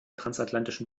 transatlantischen